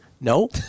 No